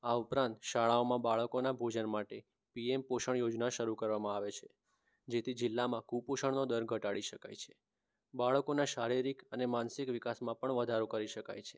આ ઉપરાંત શાળાઓમાં બાળકોનાં ભોજન માટે પીએમ પોષણ યોજના શરુ કરવામાં આવે છે જેથી જિલ્લામાં કુપોષણનો દર ઘટાડી શકાય છે બાળકોના શારીરિક અને માનસિક વિકાસમાં પણ વધારો કરી શકાય છે